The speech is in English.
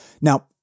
Now